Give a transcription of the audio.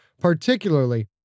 particularly